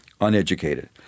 uneducated